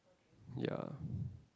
ya